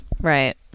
Right